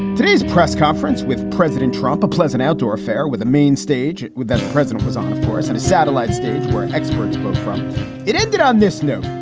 today's press conference with president trump, a pleasant outdoor affair with a mainstage with the president was on pause and a satellite state where experts it ended on this note,